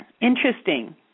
Interesting